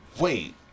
wait